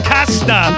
Casta